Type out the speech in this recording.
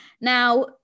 Now